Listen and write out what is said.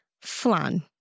Flan